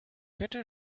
bitte